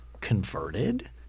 converted